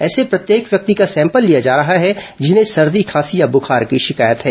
ऐसे प्रत्येक व्यक्ति का सैंपल लिया जा रहा है जिन्हें सर्दी खांसी या बुखार की शिकायत है